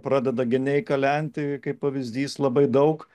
pradeda geniai kalenti kaip pavyzdys labai daug